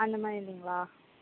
அந்த மாதிரி இல்லைங்களா